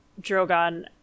drogon